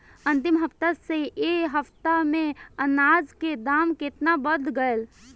अंतिम हफ्ता से ए हफ्ता मे अनाज के दाम केतना बढ़ गएल?